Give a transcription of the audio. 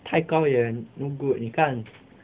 太高也 no good 你看